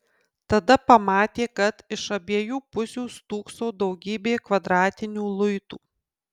tada pamatė kad iš abiejų pusių stūkso daugybė kvadratinių luitų